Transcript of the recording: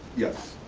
yes,